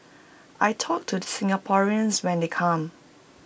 I talk to the Singaporeans when they come